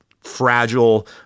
fragile